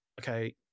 okay